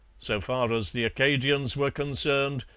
so far as the acadians were concerned,